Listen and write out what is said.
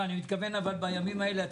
אני מתכוון בימים אלה.